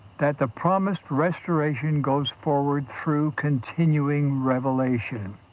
that the promised restoration goes forward through continuing revelation.